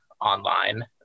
online